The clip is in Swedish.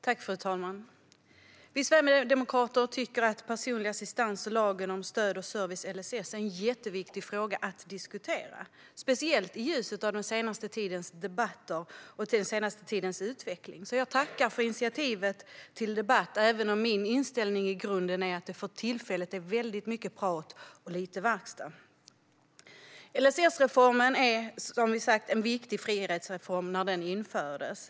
Fru talman! Vi sverigedemokrater tycker att personlig assistans och lagen om stöd och service, LSS, är en jätteviktig fråga att diskutera, speciellt i ljuset av den senaste tidens debatter och utveckling. Jag tackar därför för initiativet till debatt, även om min inställning i grunden är att det för tillfället är väldigt mycket prat och lite verkstad. LSS-reformen var, som sagt, en viktig frihetsreform när den infördes.